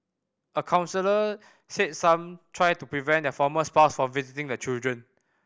a counsellor said some try to prevent their former spouse from visiting the children